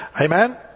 Amen